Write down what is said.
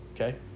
okay